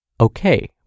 Okay